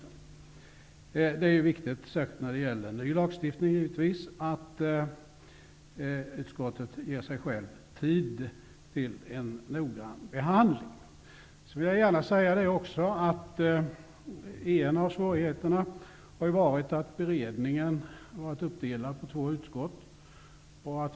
Givetvis är det särskilt viktigt när det gäller ny lagstiftning att utskottet ger sig själv tid till en noggrann behandling. En av svårigheterna har varit att beredningen har varit uppdelad på två utskott.